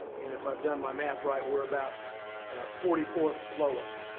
and if i've done my math right we're about forty fourth lowest.